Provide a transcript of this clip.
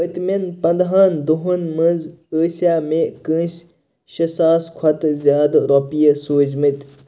پٔتۍمٮ۪ن پنٛدہن دۄہن منٛز ٲسیٛا مےٚ کٲنٛسہِ شےٚ ساس کھۄتہٕ زیادٕ رۄپیہِ سوٗزۍمٕتۍ